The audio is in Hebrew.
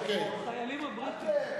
החיילים הבריטים.